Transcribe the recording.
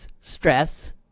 Stress